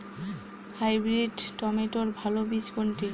Hybrid টমেটোর ভালো বীজ কোনটি?